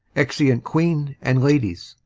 exeunt queen and ladies